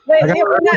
wait